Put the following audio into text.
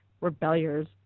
Rebellious